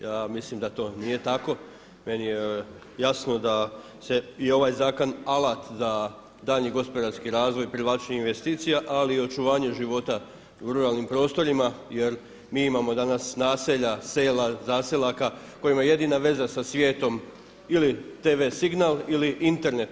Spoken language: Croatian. Ja mislim da to nije tako, meni je jasno da se i ovaj zakon alat za daljnji gospodarski razvoj i privlačenje investicija, ali i očuvanju života u ruralnim prostorima jer mi imamo danas naselja, sela, zaselaka kojima je jedina veza sa svijetom ili TV signal ili Internet.